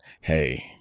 Hey